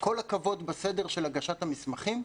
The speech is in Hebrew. "כל הכבוד בסדר של הגשת המסמכים".